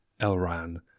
Elran